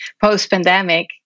post-pandemic